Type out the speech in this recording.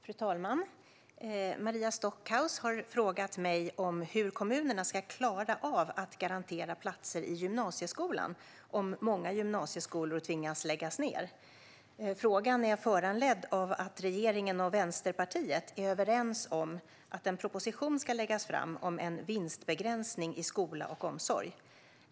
Fru talman! Maria Stockhaus har frågat mig hur kommunerna ska klara av att garantera platser i gymnasieskolan om många gymnasieskolor tvingas lägga ned. Frågan är föranledd av att regeringen och Vänsterpartiet är överens om att en proposition ska läggas fram om en vinstbegränsning i skola och omsorg.